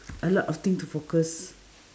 a lot of thing to focus